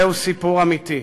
זה סיפור אמיתי.